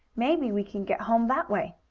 maybe we can get home that way.